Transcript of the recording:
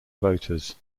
voters